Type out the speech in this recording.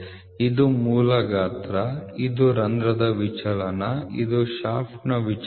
ಇದು ಮೂಲ ಗಾತ್ರ ಇದು ರಂಧ್ರದ ವಿಚಲನ ಇದು ಶಾಫ್ಟ್ ವಿಚಲನ